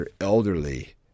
elderly